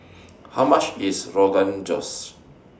How much IS Rogan Josh